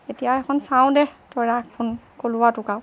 এতিয়া এইখন চাওঁ দে তই ৰাখ ফোন ক'লোঁ আৰু তোক আৰু